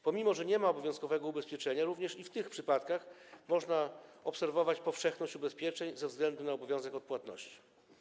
Pomimo że nie ma obowiązkowego ubezpieczenia, również i w tych przypadkach można obserwować powszechność ubezpieczeń ze względu na obowiązek odpłatności.